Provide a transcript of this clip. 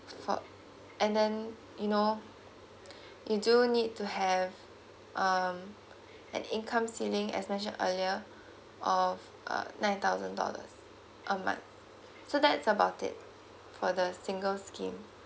for and then you know you do need to have um an income ceiling as mentioned earlier of uh nine thousand dollars a month so that's about it for the single scheme